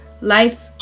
life